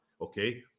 okay